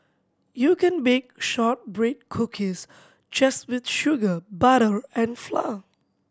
you can bake shortbread cookies just with sugar butter and flour